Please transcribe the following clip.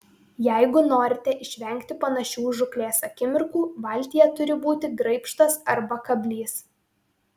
jeigu norite išvengti panašių žūklės akimirkų valtyje turi būti graibštas arba kablys